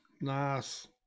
nice